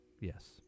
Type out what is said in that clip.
Yes